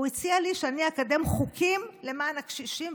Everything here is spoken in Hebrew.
הוא הציע לי שאני אקדם חוקים למען הקשישים,